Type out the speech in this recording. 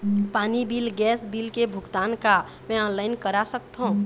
पानी bill gas bill के भुगतान का मैं ऑनलाइन करा सकथों?